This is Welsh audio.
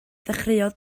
ddechreuodd